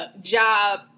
job